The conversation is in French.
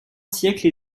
siècle